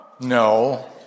No